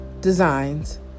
Designs